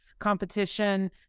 Competition